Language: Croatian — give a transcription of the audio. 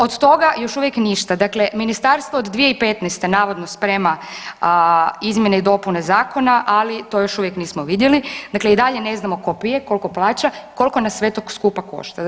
Od toga još uvijek ništa, dakle ministarstvo od 2015. navodno sprema izmjene i dopune zakona ali to još uvijek nismo vidjeli, dakle i dalje ne znamo tko pije, koliko plaća, koliko nas sve to skupa košta.